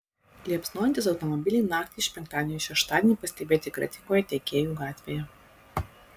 liepsnojantys automobiliai naktį iš penktadienio į šeštadienį pastebėti kretingoje tiekėjų gatvėje